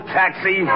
taxi